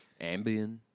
Ambien